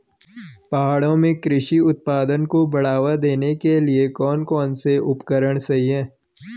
पहाड़ों में कृषि उत्पादन को बढ़ावा देने के लिए कौन कौन से उपकरण सही हैं?